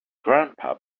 grandpa